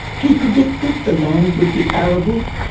he predicted the land would be arable,